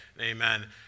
Amen